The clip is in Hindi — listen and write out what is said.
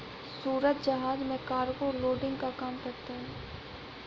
सूरज जहाज में कार्गो लोडिंग का काम करता है